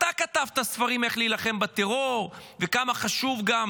אתה כתבת ספרים, איך להילחם בטרור וכמה חשוב גם